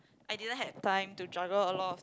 I didn't had time to juggle a lot of